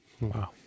Wow